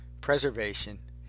preservation